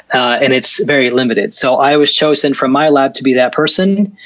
and it's very limited. so i was chosen for my lab to be that person.